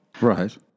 Right